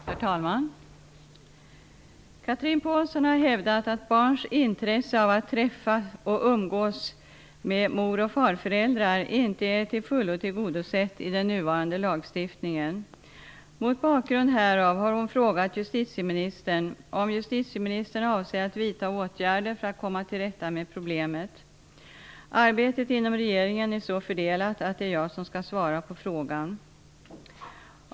Herr talman! Chatrine Pålsson har hävdat att barns intresse av att träffa och umgås med mor och farföräldrar inte är till fullo tillgodosett i den nuvarande lagstiftningen. Mot bakgrund härav har hon frågat justitieministern om justitieministern avser att att vidta åtgärder för att komma till rätta med problemet. Arbetet inom regeringen är så fördelat att det är jag som skall svara på frågan.